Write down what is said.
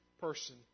person